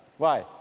why?